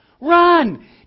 Run